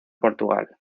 portugal